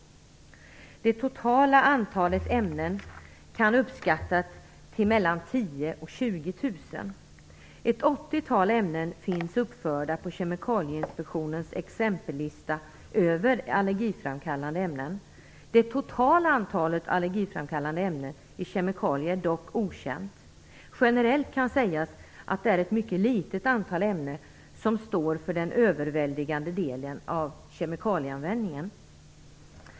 Det totala antalet ämnen kan uppskattas till mellan Kemikalieinspektionens exempellista över allergiframkallande ämnen. Det totala antalet allergiframkallande ämnen i kemikalier är dock okänt. Generellt kan sägas att det är ett mycket litet antal ämnen som ingår i den överväldigande delen av kemikalieanvändningen.